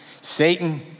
Satan